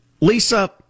Lisa